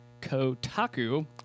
Kotaku